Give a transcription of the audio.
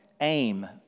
aim